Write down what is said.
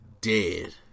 dead